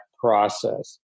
process